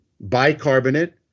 bicarbonate